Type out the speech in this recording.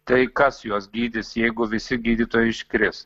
tai kas juos gydys jeigu visi gydytojai iškris